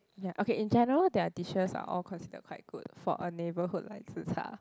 ya okay in general their dishes are all considered quite good for a neighborhood like zi char